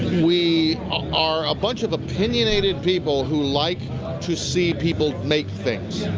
we are a bunch of opinionated people who like to see people make things.